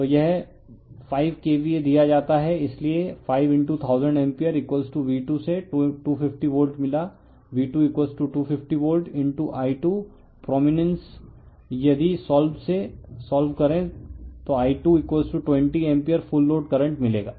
तो यह 5 KVA दिया जाता है इसलिए 5 1000 एम्पीयर V2 से 250 वोल्ट मिला V2250 वोल्ट I2 प्रोमिनेन्स से यदि सोल्व करे तो I220 ampere full load current मिलेगा